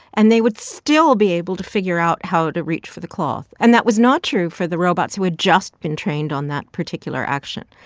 and they would still be able to figure out how to reach for the cloth. and that was not true for the robots who had just been trained on that particular action.